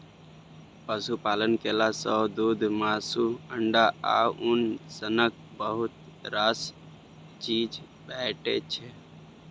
पशुपालन केला सँ दुध, मासु, अंडा आ उन सनक बहुत रास चीज भेटै छै